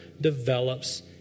develops